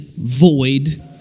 void